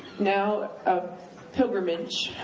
now, a pilgrimage,